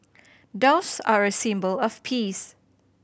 doves are a symbol of peace